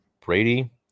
Brady